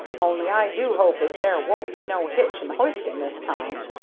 only i do hope as there won't be no hitch in the hoisting this time.